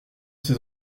ces